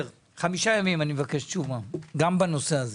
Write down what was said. אני מבקש תשובה תוך חמישה ימים, גם בנושא הזה.